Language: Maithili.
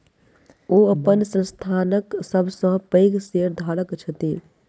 ओ अपन संस्थानक सब सॅ पैघ शेयरधारक छथि